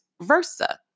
versa